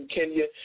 Kenya